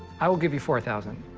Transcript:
i will give you four thousand.